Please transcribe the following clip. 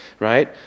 Right